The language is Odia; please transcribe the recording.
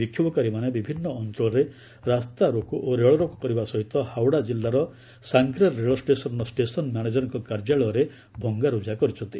ବିକ୍ଷୋଭକାରୀମାନେ ବିଭିନ୍ନ ଅଞ୍ଚଳରେ ରାସ୍ତାରୋକ ଓ ରେଳରୋକ କରିବା ସହିତ ହାଓଡ଼ା ଜିଲ୍ଲାର ସାଂକ୍ରେଲ୍ ରେଳ ଷ୍ଟେସନ୍ର ଷ୍ଟେସନ୍ ମ୍ୟାନେଜରଙ୍କ କାର୍ଯ୍ୟାଳୟରେ ଭଙ୍ଗାରୁଜା କରିଛନ୍ତି